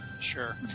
Sure